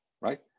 right